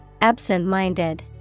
absent-minded